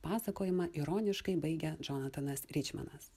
pasakojimą ironiškai baigia džonatanas ryčmanas